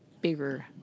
bigger